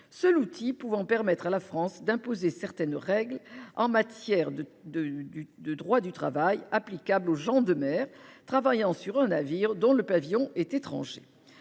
seul outil pouvant permettre à la France d'imposer certaines règles en matière de droit du travail applicable aux gens de mer travaillant sur un navire dont le pavillon est étranger.